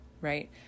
Right